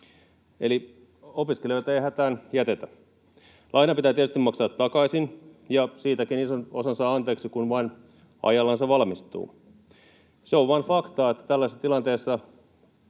Eli opiskelijoita ei hätään jätetä. Laina pitää tietysti maksaa takaisin, ja siitäkin ison osa saa anteeksi, kun vain ajallansa valmistuu. Se on vain faktaa, että tällaisessa tilanteessa